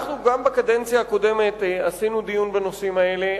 גם בקדנציה הקודמת קיימנו דיון בנושאים האלה.